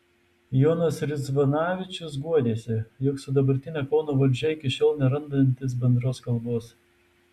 jonas ridzvanavičius guodėsi jog su dabartine kauno valdžia iki šiol nerandantis bendros kalbos